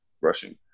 rushing